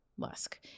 musk